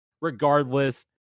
regardless